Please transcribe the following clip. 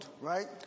right